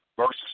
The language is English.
Versus